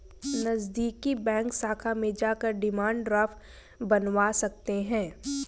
नज़दीकी बैंक शाखा में जाकर डिमांड ड्राफ्ट बनवा सकते है